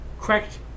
correct